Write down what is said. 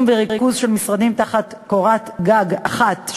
וריכוז של משרדים תחת קורת גג אחת,